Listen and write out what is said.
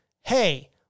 hey